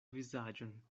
vizaĝon